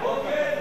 בוגד,